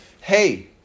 hey